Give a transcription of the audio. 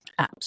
apps